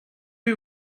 you